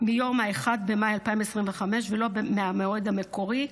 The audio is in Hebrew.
מיום 1 במאי 2025 ולא מהמועד המקורי,